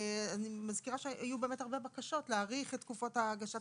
אני מזכירה שהיו באמת הרבה בקשות להאריך את תקופות הגשת